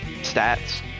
stats